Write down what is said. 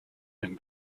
him